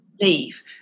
Leave